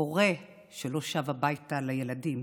הורה שלא שב הביתה לילדים,